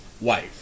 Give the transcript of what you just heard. wife